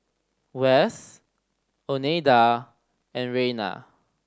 Wess Oneida and Rayna